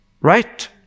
right